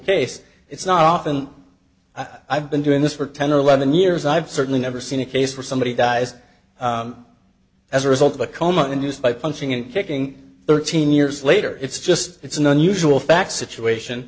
case it's not often i've been doing this for ten or eleven years i've certainly never seen a case where somebody dies as a result of a coma induced by punching and kicking thirteen years later it's just it's an unusual fact situation